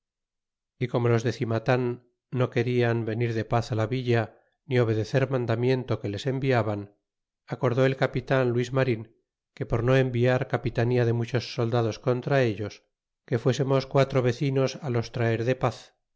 y cnino los de cimatan no querían venir de paz a villa ni obedecer mandamknto que les enviaban acordó el capitan luis marin que por no enviar capitanía de muchos soldados contra ellos que fuésemos quatro vecinos los traer de paz